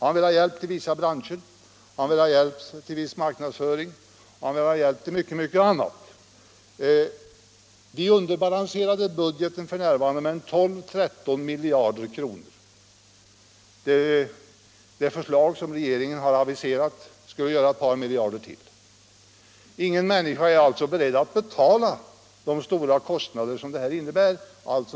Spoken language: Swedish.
Han vill ha hjälp till vissa branscher, hjälp till viss marknadsföring och hjälp till mycket annat. Vi underbalanserar budgeten f. n. med 12-13 miljarder kr. De förslag som regeringen har aviserat skulle göra ett par miljarder till. Ingen människa är beredd att betala de stora kostnader som detta innebär.